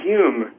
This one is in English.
Hume